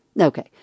Okay